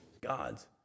God's